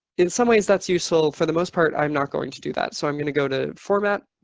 in some ways that's useful for the most part, i'm not going to do that. so i'm going to go to format.